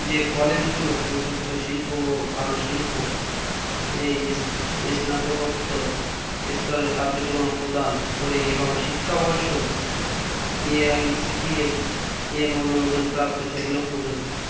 যে কলেজগুলো প্রযুক্ত শিল্প ও কারুশিল্প এ স্নাতকোত্তর স্তরের কার্যক্রম প্রদান করে এবং শিক্ষাবর্ষ A I C T E এর অনুমোদন প্রাপ্ত সেগুলো খুঁজুন